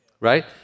right